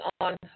on